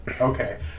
Okay